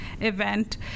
event